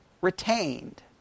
retained